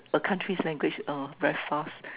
a country's language orh very fast